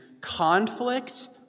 conflict